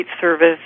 service